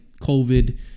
COVID